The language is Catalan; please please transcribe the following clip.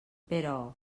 però